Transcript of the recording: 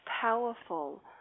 powerful